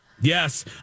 Yes